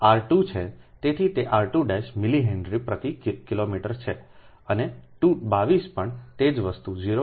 તેથી તે r 2 millihenry પ્રતિ કિલોમીટર છે અને 2 2 પણ તે જ વસ્તુ 0